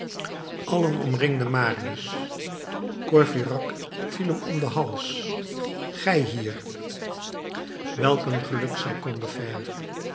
allen omringden marius courfeyrac viel hem om den hals gij hier welk een geluk zei combeferre